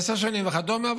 עשר שנים וכדומה,